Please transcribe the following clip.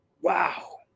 Wow